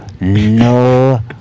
No